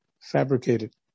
fabricated